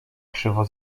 krzywo